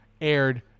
aired